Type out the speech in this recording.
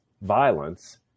violence